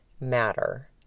matter